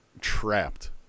trapped